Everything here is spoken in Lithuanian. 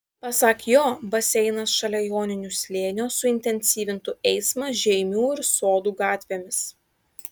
pasak jo baseinas šalia joninių slėnio suintensyvintų eismą žeimių ir sodų gatvėmis